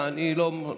אתה מוותר.